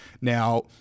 Now